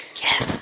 Yes